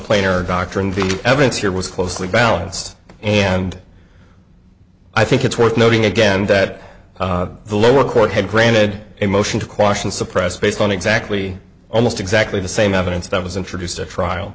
player doctoring the evidence here was closely balance and i think it's worth noting again that the lower court had granted a motion to quash and suppress based on exactly almost exactly the same evidence that was introduced at trial